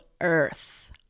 Earth